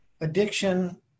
addiction